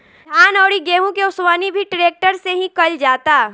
धान अउरी गेंहू के ओसवनी भी ट्रेक्टर से ही कईल जाता